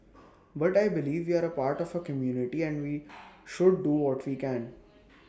but I believe we are A part of A community and we should do what we can